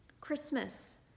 Christmas